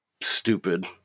stupid